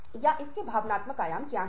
तो हम किन बाधाओं की बात कर रहे हैं